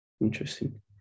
interesting